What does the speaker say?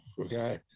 okay